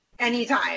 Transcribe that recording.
anytime